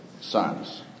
sons